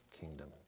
kingdom